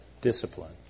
discipline